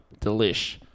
Delish